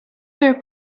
their